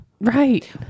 Right